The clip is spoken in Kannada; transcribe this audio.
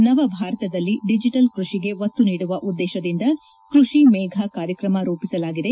ನವಭಾರತದಲ್ಲಿ ಡಿಜೆಟಲ್ ಕೃಷಿಗೆ ಒತ್ತು ನೀಡುವ ಉದ್ದೇಶದಿಂದ ಕೃಷಿ ಮೇಘ ಕಾರ್ಯಕ್ರಮ ರೂಪಿಸಲಾಗಿದೆ